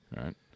Right